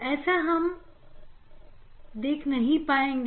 ऐसा हम देख नहीं पाएंगे